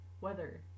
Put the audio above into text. Weather